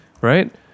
right